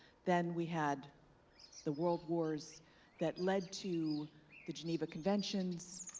then we had the world wars that led to the geneva conventions,